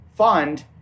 fund